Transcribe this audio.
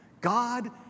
God